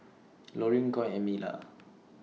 Lorin Coy and Mila